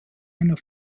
einer